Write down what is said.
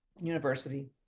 university